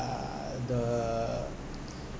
uh the